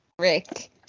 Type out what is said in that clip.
Rick